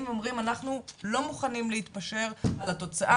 ואומרים שאנחנו לא מוכנים להתפשר על התוצאה,